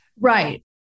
Right